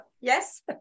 Yes